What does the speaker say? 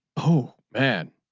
oh man.